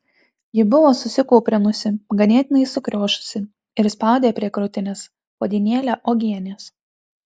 ji buvo susikūprinusi ganėtinai sukriošusi ir spaudė prie krūtinės puodynėlę uogienės